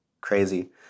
crazy